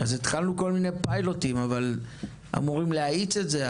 התחלנו כל מיני פיילוטים אבל אמורים להאיץ את זה.